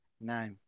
No